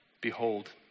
Behold